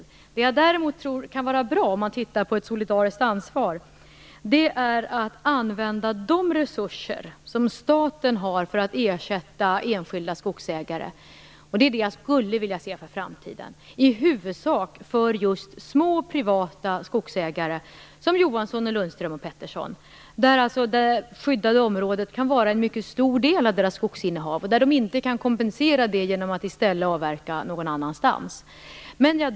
Något som jag däremot tror kan vara bra vad gäller ett solidariskt ansvar är att statens resurser i framtiden kunde användas för ersättning till enskilda skogsägare. Det gäller då i huvudsak små privata skogsägare som Johansson, Lundström och Pettersson med skyddsvärda områden som utgör en mycket stor del av skogsinnehavet, samtidigt som de inte har möjligheter att kompensera sig genom avverkning någon annanstans.